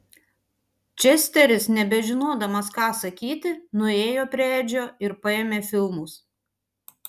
česteris nebežinodamas ką sakyti nuėjo prie edžio ir paėmė filmus